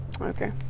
Okay